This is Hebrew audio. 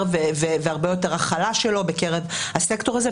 והרבה יותר החלה שלו בקרב הסקטור הזה,